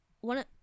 one